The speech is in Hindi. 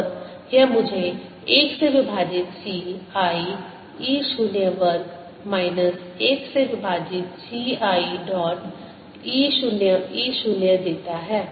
और यह मुझे 1 से विभाजित c i E 0 वर्ग माइनस 1 से विभाजित c i dot E 0 E 0 देता है